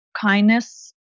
kindness